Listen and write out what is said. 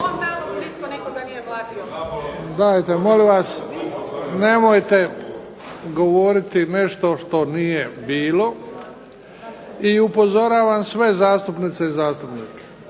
Dajte molim vas, nemojte govoriti nešto što nije bilo. I upozoravam sve zastupnice i zastupnike